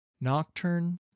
Nocturne